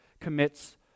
commits